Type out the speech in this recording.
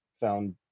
found